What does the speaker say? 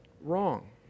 wrong